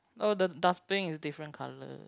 oh the dustbin is different colour